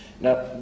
Now